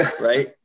Right